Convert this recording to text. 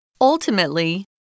Ultimately